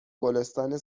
گلستان